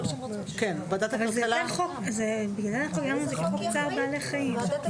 אבל זה יותר חוק בעניין צער בעלי חיים.